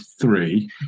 three